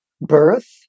birth